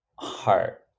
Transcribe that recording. heart